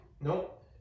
Nope